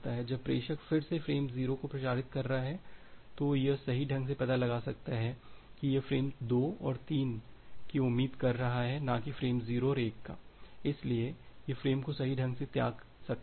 जब प्रेषक फिर से फ्रेम 0 प्रेषित कर रहा है तो यह सही ढंग से पता लगा सकता है कि यह फ्रेम 2 और 3 की उम्मीद करा रहा है ना की फ्रेम 0 और 1 का इसलिए यह फ्रेम को सही ढंग से त्याग सकता है